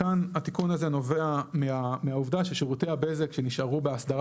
כאן התיקון הזה נובע מהעובדה ששירותי הבזק שנשארו באסדרה